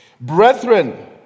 Brethren